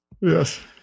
Yes